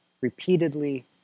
repeatedly